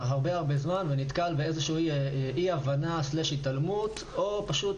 הרבה זמן ונתקל באיזושהי אי הבנה או התעלמות או פשוט